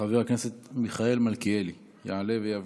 חבר הכנסת מיכאל מלכיאלי יעלה ויבוא.